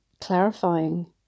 clarifying